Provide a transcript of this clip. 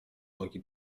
nogi